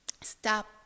stop